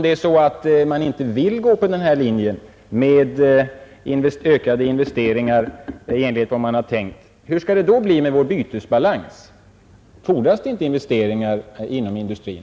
Eller om man vill frångå linjen med ökade investeringar, hur skall det då bli med vår bytesbalans, herr Johansson? Fordras det inte investeringar inom industrin?